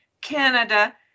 Canada